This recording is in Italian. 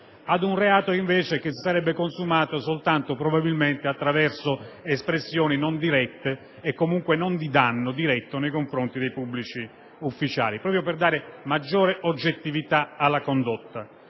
probabilmente si sarebbe consumato soltanto attraverso espressioni non dirette e comunque non di danno diretto nei confronti dei pubblici ufficiali, proprio per dare maggiore oggettività alla condotta.